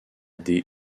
des